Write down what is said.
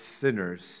sinners